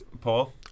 Paul